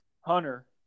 Hunter